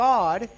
God